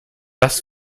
das